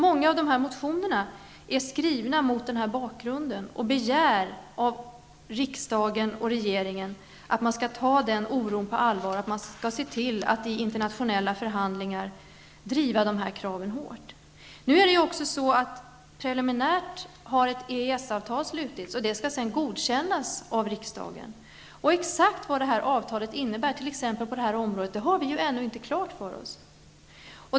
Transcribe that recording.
Många av de här motionerna är skrivna mot denna bakgrund, och man begär där att riksdagen och regeringen skall ta oron på allvar och se till att dessa krav drivs hårt i internationella förhandlingar. Preliminärt har ett EES-avtal slutits, och det skall sedan godkännas av riksdagen. Exakt vad detta avtal innebär, t.ex. på det här området, har vi ju ännu inte klart för oss.